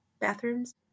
bathrooms